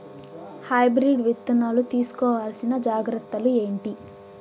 Hybrid విత్తనాలు తీసుకోవాల్సిన జాగ్రత్తలు ఏంటి?